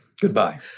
Goodbye